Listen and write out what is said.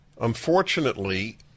Unfortunately